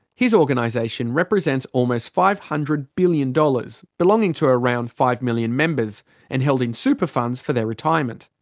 his organisation represents almost five hundred billion dollars, belonging to around five million members and held in super funds for their retirement.